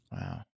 Wow